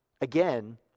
Again